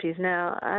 now